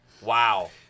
Wow